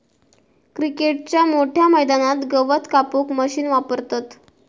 क्रिकेटच्या मोठ्या मैदानात गवत कापूक मशीन वापरतत